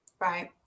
Right